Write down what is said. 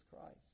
Christ